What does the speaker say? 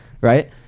right